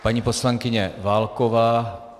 Paní poslankyně Válková.